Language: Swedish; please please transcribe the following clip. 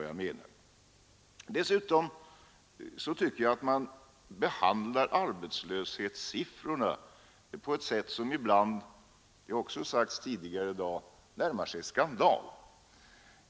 Jag tycker dessutom att man behandlar arbetslöshetssiffrorna på ett sätt som ibland — det har sagts tidigare i dag — närmar sig skandal.